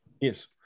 Yes